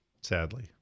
Sadly